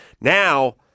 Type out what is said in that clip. Now